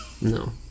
No